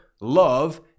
love